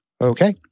Okay